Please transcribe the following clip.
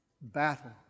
battle